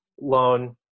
loan